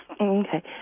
Okay